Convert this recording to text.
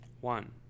One